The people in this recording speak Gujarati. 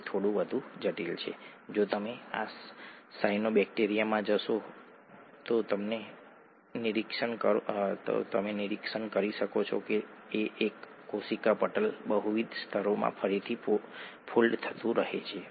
તેથી એટીપી અને એડીપી કોષમાં ઊર્જાની દ્રષ્ટિએ મહત્ત્વના અણુઓ પણ ન્યુક્લિઓટાઇડ્સ છે